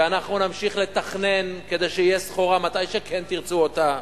ואנחנו נמשיך לתכנן כדי שתהיה סחורה מתי שכן תרצו אותה.